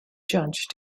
judge